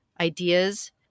ideas